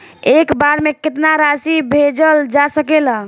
एक बार में केतना राशि भेजल जा सकेला?